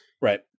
Right